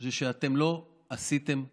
זה שאתם לא עשיתם כלום.